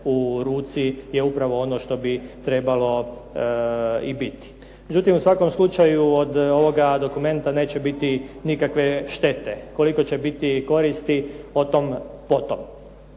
u ruci je upravo ono što bi trebalo i biti. Međutim, u svakom slučaju od ovoga dokumenta neće biti nikakve štete. Koliko će biti koristi o tom potom.